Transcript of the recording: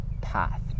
path